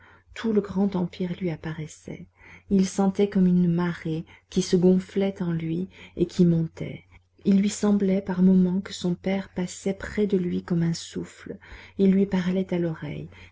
tout le grand empire lui apparaissait il sentait comme une marée qui se gonflait en lui et qui montait il lui semblait par moments que son père passait près de lui comme un souffle et lui parlait à l'oreille